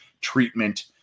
treatment